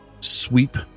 sweep